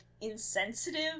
insensitive